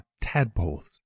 tadpoles